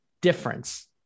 Difference